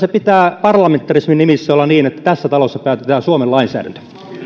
sen pitää parlamentarismin nimissä olla niin että tässä talossa päätetään suomen lainsäädäntö